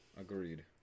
Agreed